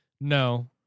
No